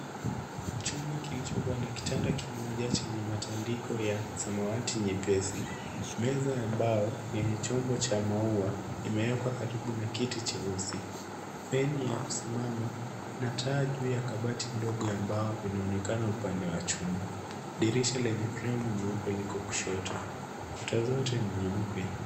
Chumba kilichokuwa na kitanda kimoja chenye matandiko ya samawati nyepesi. Meza ya mbao yenye chombo cha maua imewekwa karibu na kiti cheusi. Feni ya kusimama na taa juu ya kabati ndogo ya mbao inaonekana upande wa chumba. Dirisha lenye fremu nyeupe liko kushoto. Kuta zote ni nyeupe.